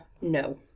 no